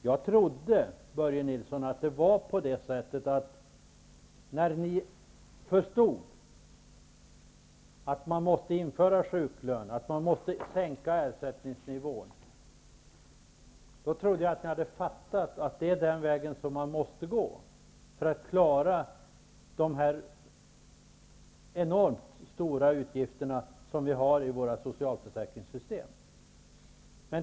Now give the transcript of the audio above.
Jag trodde, Börje Nilsson, när ni förstod att man måste införa sjuklön och sänka ersättningsnivån, att ni hade fattat att det är den vägen som man måste gå för att klara de enormt stora utgifter som vi har i vårt socialförsäkringssystem.